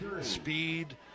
speed